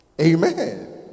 Amen